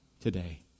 today